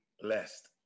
blessed